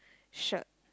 shirt